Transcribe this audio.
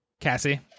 Cassie